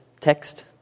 text